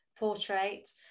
portrait